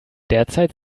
derzeit